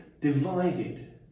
divided